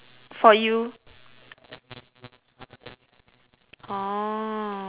orh